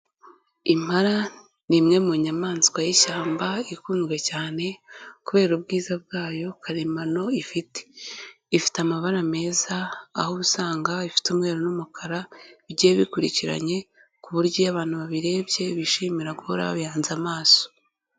Impala ni imwe mu nyamaswa y'ishyamba, ikunzwe cyane, kubera ubwiza bwayo, karemano ifite. Ifite amabara meza, aho usanga ifite umweru n'umukara, bigiye bikurikiranye ku buryo iyo abantu babirebye bishimira guhora babihanze amaso.